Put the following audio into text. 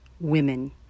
women